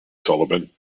sullivan